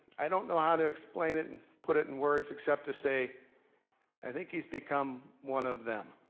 i don't know how to explain it, and put it in words, except to say i think he's become one of them.